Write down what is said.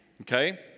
Okay